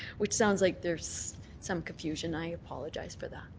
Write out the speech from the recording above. which sounds like there's some confusion. i apologize for that.